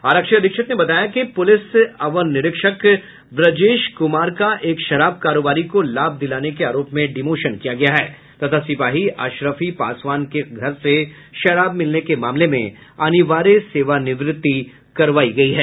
आरक्षी अधीक्षक ने बताया कि पुलिस अवर निरीक्षक ब्रजेश कुमार का एक शराब कारोबारी को लाभ दिलाने के आरोप में डिमोशन किया गया है तथा सिपाही अशरफी पासवान के घर से शराब मिलने के मामले में अनिवार्य सेवानिवृत्ति करवायी गयी है